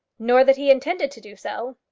nor that he intended to do so?